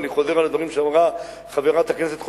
ואני חוזר על הדברים שאמרה חברת הכנסת חוטובלי,